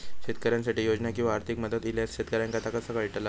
शेतकऱ्यांसाठी योजना किंवा आर्थिक मदत इल्यास शेतकऱ्यांका ता कसा कळतला?